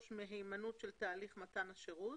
מהימנות של תהליך מתן השירות.